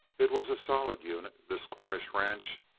it was a solid unit, this cornish ranch,